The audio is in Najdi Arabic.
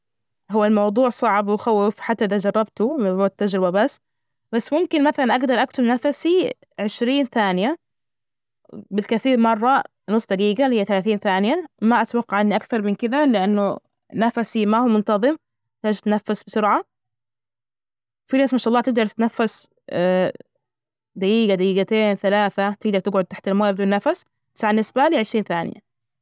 هو الموضوع صعب ويخوف حتى إذا جربته من باب التجربة بس، بس ممكن مثلا أجدر أكتم نفسي عشرين ثانية بالكثير مرة، نص دقيقة اللي هي ثلاثين ثانية، ما أتوقع إن أكثر من كدا، لأنه نفسي ما هو منتظم، ليش أتنفس بسرعة، في ناس ما شاء الله تقدر تتنفس، دجيجة، دجيجتين، ثلاثة تجدر تجعد تحت المويه بدون نفس فالنسبة لي عشرين ثانية.